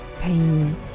pain